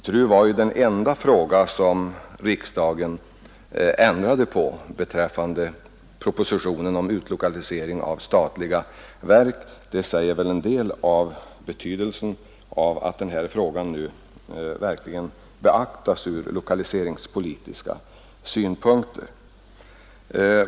TRU var den enda punkt där riksdagen ändrade propositionen om utlokalisering av statliga verk. Det säger väl en del om betydelsen av att denna fråga nu verkligen beaktas ur lokaliseringspolitiska synpunkter.